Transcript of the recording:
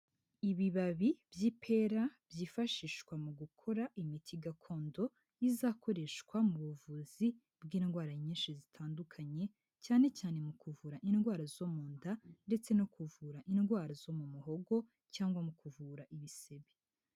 Ibibabi by'ipera byifashishwa mu gukora imiti gakondo y'izakoreshwa mu buvuzi bw'indwara nyinshi zitandukanye cyane cyane mu kuvura indwara zo mu nda ndetse no kuvura indwara zo mu muhogo cyangwa mu kuvura ibisebe.